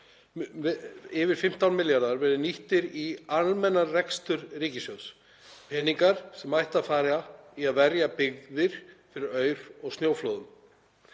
yfir 15 milljarðar verið nýttir í almennan rekstur ríkissjóðs, peningar sem ættu að fara í að verja byggðir fyrir aur- og snjóflóðum.